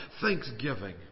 thanksgiving